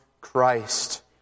Christ